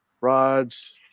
rods